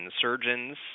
surgeons